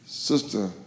Sister